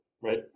Right